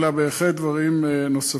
אלא בהחלט דברים נוספים.